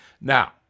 Now